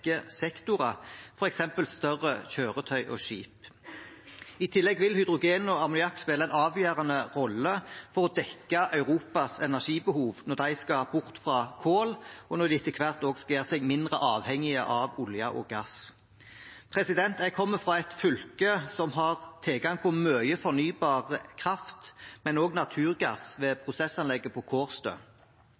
sektorer, f.eks. større kjøretøy og skip. I tillegg vil hydrogen og ammoniakk spille en avgjørende rolle for å dekke Europas energibehov når de skal bort fra kull, og når de etter hvert også skal gjøre seg mindre avhengig av olje og gass. Jeg kommer fra et fylke som har tilgang på mye fornybar kraft, men også naturgass ved prosessanlegget på Kårstø.